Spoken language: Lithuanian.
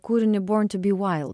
kūrinį born to be wild